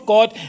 God